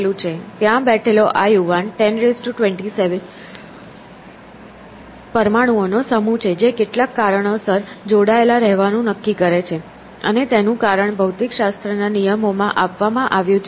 ત્યાં બેઠેલો આ યુવાન 1027 પરમાણુઓનો સમૂહ છે જે કેટલાક કારણોસર જોડાયેલા રહેવાનું નક્કી કરે છે અને તેનું કારણ ભૌતિકશાસ્ત્રના નિયમોમાં આપવામાં આવ્યું છે